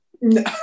No